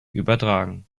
übertragen